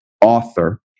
author